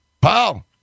Paul